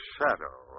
Shadow